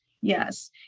yes